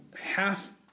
half